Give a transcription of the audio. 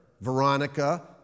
Veronica